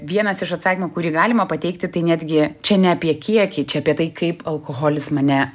vienas iš atsakymų kurį galima pateikti tai netgi čia ne apie kiekį čia apie tai kaip alkoholis mane